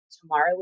tomorrow